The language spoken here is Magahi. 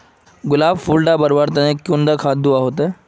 गुलाब फुल डा जल्दी बढ़वा तने कुंडा खाद दूवा होछै?